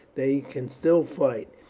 they can still fight.